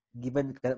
given